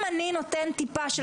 - האם היום אני נותן לילד טיפה של